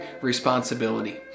responsibility